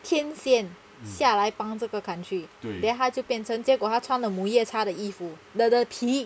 天仙下来帮这个 country then 他就变成结果他穿了母夜叉的衣服的的皮